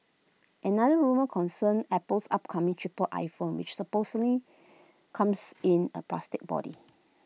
another rumour concerns Apple's upcoming cheaper iPhone which supposedly comes in A plastic body